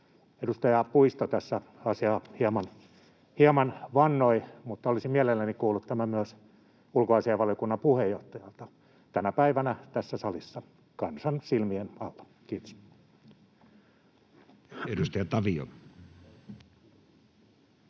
Edustaja Puisto tässä asiaa hieman vannoi, mutta olisin mielelläni kuullut tämän myös ulkoasiainvaliokunnan puheenjohtajalta tänä päivänä tässä salissa kansan silmien alla. — Kiitos. [Speech 46]